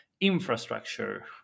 infrastructure